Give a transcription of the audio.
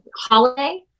holiday